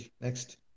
next